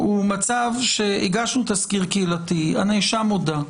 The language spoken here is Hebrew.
זה מצב שהגשנו תסקיר קהילתי, הנאשם הודה,